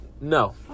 no